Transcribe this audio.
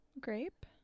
grape